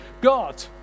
God